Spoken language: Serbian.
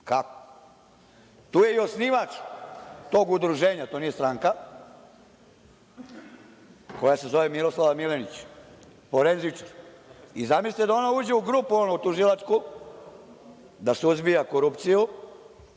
Kako? Tu je i osnivač tog udruženja, to nije stranka, koja se zove Miroslava Milenić, forenzičar. Zamislite da ona uđe u tužilačku grupu, da suzbija korupciju